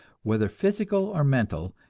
whether physical or mental,